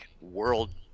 World